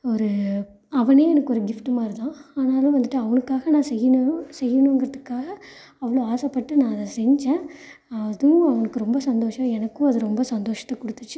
ஒரு அவனே எனக்கு ஒரு கிஃப்ட்டு மாதிரி தான் ஆனாலும் வந்துட்டு அவனுக்காக நான் செய்யணும் செய்யணுங்கிறதுக்காக அவ்ளோ ஆசைப்பட்டு நான் அதை செஞ்சேன் அதுவும் அவனுக்கு ரொம்ப சந்தோஷம் எனக்கும் அது ரொம்ப சந்தோஷத்தை கொடுத்துச்சி